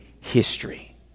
history